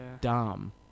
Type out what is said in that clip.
dumb